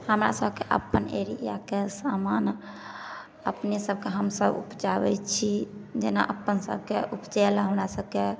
हमरा सभके अपन एरियाके समान अपने सभके हमसभ उपजाबै छी जेना अपन सभके उपजेलहुॅं हमरा सभके